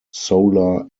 solar